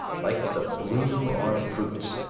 like the bloom on fruits,